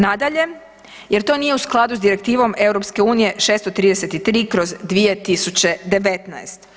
Nadalje, jer to nije u skladu s Direktivom EU 633/2019.